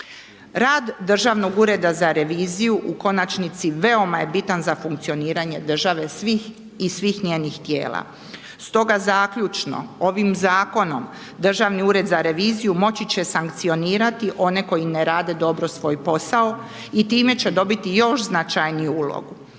Rad Državnog ureda za reviziju u konačnici veoma je bitan za funkcioniranje države svih i svih njenih tijela, stoga zaključno, ovim zakonom, Državni ured za reviziju moći će sankcionirati one koji ne rade svoj posao i time će dobiti još značajniju ulogu,